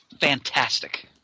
fantastic